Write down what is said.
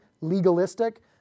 legalistic